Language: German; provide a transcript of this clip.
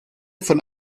von